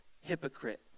hypocrite